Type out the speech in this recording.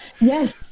yes